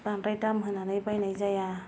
बांद्राय दाम होनानै बायनाय जाया